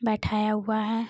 बैठाया हुआ है